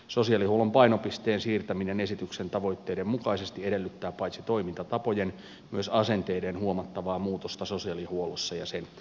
sosiaalihuollon painopisteen siirtäminen esityksen tavoitteiden mukaisesti edellyttää paitsi toimintatapojen myös asenteiden huomattavaa muutosta sosiaalihuollossa ja sen kehittämisessä